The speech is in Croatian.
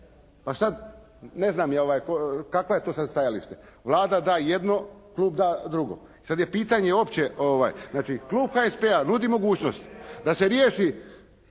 Sada ja ne znam kakvo je to sada stajalište. Vlada da jedno, klub da drugo. Sada je pitanje opće, znači klub HSP-a nudi mogućnost da se riješi